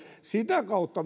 sitä kautta